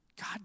God